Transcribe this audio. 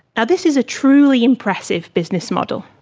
now this is a truly impressive business model.